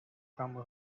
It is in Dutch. kwam